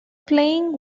playing